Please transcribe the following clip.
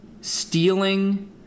stealing